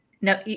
Now